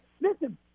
listen